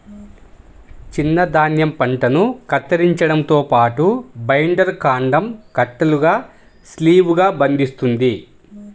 చిన్న ధాన్యం పంటను కత్తిరించడంతో పాటు, బైండర్ కాండం కట్టలుగా షీవ్లుగా బంధిస్తుంది